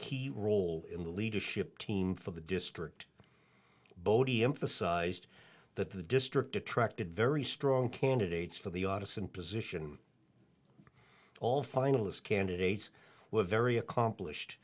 key role in the leadership team for the district bodie emphasized that the district attracted very strong candidates for the office and position all finalist candidates were very accomplished